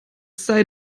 sei